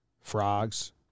Frogs